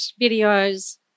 videos